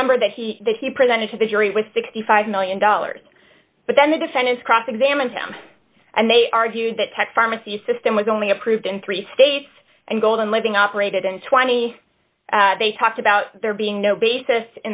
is number that he that he presented to the jury was sixty five million dollars but then the defendants cross examined him and they argued that type pharmacy system was only approved in three states and golden living operated and twenty they talked about there being no basis